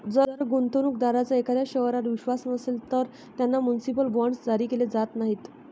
जर गुंतवणूक दारांचा एखाद्या शहरावर विश्वास नसेल, तर त्यांना म्युनिसिपल बॉण्ड्स जारी केले जात नाहीत